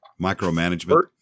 micromanagement